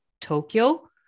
Tokyo